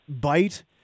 bite